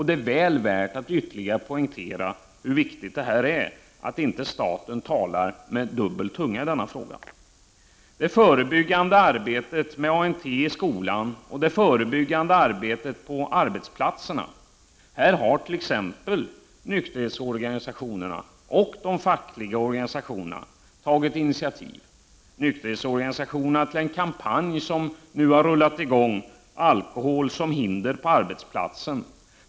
Det är väl värt att ytterligare poängtera hur viktigt det är att inte staten talar med dubbel tunga i denna fråga. När det gäller det förebyggande arbetet med ANT i skolan och det förebyggande arbetet på arbetsplatserna har t.ex. nykterhetsorganisationerna och de fackliga organisationerna tagit initiativ. I nykterhetsorganisationer nas kampanj, som nu har rullat i gång, om alkohol som hinder på arbetsplat — Prot.